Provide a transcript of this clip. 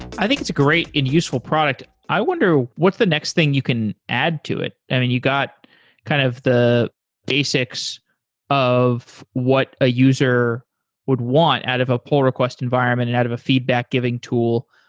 i think it's a great and useful product. i wonder what the next thing you can add to it. i mean, you got kind of the basics of what the ah user would want out of a pull request environment and out of a feedback-giving tool.